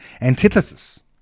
antithesis